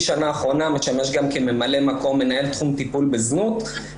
גיל 18 משול לגיל 11 אצל נערות בנות גילן במצב